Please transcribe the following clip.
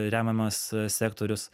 remiamas sektorius